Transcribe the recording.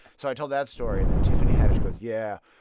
so i tell that story. and then tiffany haddish goes, yeah,